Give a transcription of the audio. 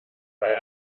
bei